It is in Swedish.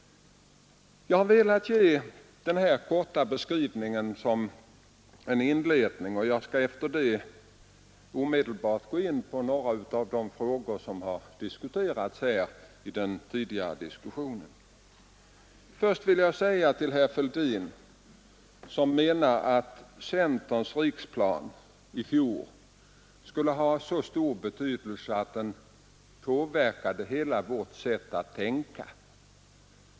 Jag har velat ge denna korta beskrivning som en inledning, och jag skall härefter gå in på en del av de frågor som tagits upp här i diskussionen. Först vill jag vända mig till herr Fälldin, som menar att centerns riksplan i fjol skulle ha så stor betydelse att den påverkade hela vårt sätt att tänka.